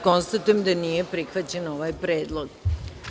Konstatujem da nije prihvaćen ovaj Predlog.